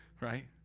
right